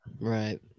Right